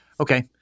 Okay